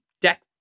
deck